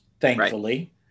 Thankfully